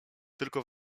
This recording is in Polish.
tylko